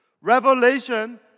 revelation